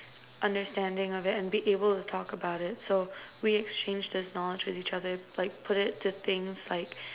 understanding of it and be able to talk about it so we exchange this knowledge with each other like put it to things like